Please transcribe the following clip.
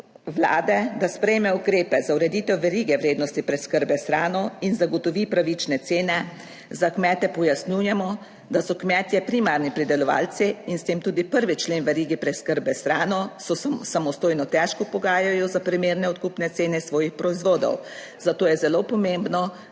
Vlade, da sprejme ukrepe za ureditev verige vrednosti preskrbe s hrano in zagotovi pravične cene za kmete pojasnjujemo, da so kmetje primarni pridelovalci in s tem tudi prvi člen v verigi preskrbe s hrano se samostojno težko pogajajo za primerne odkupne cene svojih proizvodov, zato je zelo pomembno, da se povezujejo tako